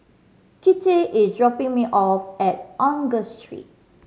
Kinte is dropping me off at Angus Street